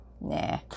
Nah